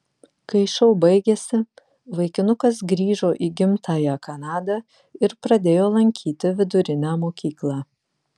kai šou baigėsi vaikinukas grįžo į gimtąją kanadą ir pradėjo lankyti vidurinę mokyklą